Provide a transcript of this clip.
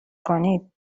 کنید